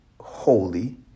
holy